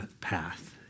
path